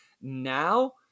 now